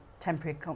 Temporary